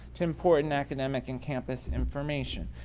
to important academic and campus information.